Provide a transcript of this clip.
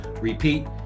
repeat